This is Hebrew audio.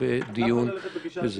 למה לא ללכת בגישה של